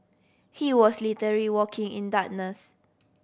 he was literary walking in darkness